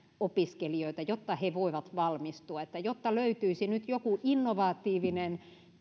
opiskelijoita jotta he voivat valmistua että löytyisi nyt joku innovatiivinen